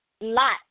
Lot